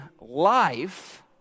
life